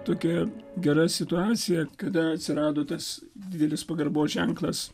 tokia gera situacija kada atsirado tas didelis pagarbos ženklas